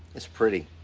it's pretty,